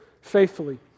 faithfully